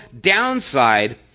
downside